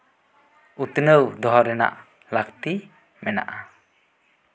ᱩᱛᱱᱟᱹᱣ ᱫᱚᱦᱚ ᱨᱮᱭᱟᱜ ᱞᱟᱹᱠᱛᱤ ᱢᱮᱱᱟᱜᱼᱟ